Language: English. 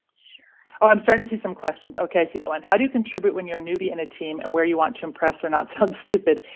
sure, i'm starting to see some questions. ok, i see that one. how do you contribute when your nubiana team and where you want to impress or not sound stupid?